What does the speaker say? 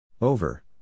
Over